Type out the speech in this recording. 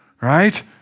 right